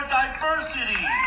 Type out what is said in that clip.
diversity